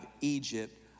Egypt